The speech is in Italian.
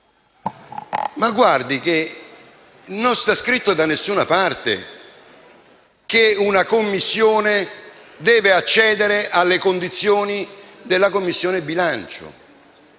Ebbene, non è scritto da nessuna parte che una Commissione deve accedere alle condizioni poste dalla Commissione bilancio.